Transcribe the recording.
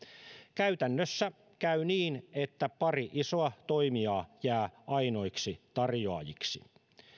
käytännössä käy niin että pari isoa toimijaa jää ainoiksi tarjoajiksi